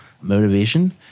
motivation